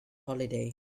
holiday